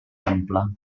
ampla